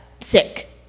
sick